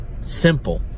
simple